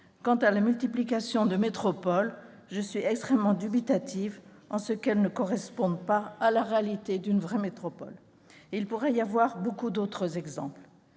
Quant à la multiplication de métropoles, je suis extrêmement dubitative car elles ne correspondent pas à la réalité d'une vraie métropole. On pourrait citer bien d'autres exemples.